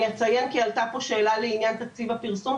אני אציין כי עלתה פה שאלה לעניין תקציב הפרסום,